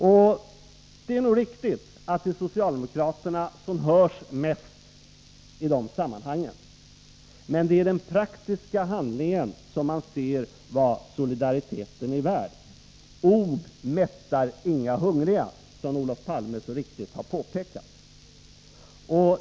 Och det är nog riktigt att det är socialdemokraterna som hörs mest i de sammanhangen. Men det är i den praktiska handlingen som man ser vad solidariteten är värd. Ord mättar inga hungriga, som Olof Palme så riktigt har påpekat.